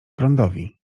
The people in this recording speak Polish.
prądowi